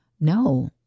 No